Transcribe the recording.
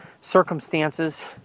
circumstances